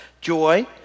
Joy